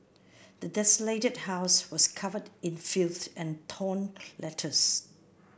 the desolated house was covered in filth and torn letters